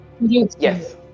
yes